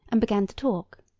and began to talk.